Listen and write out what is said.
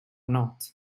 not